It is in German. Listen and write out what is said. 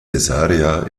caesarea